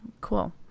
cool